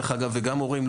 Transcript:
ודרך אגב גם מורים,